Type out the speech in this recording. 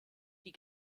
die